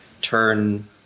turn